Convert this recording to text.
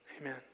Amen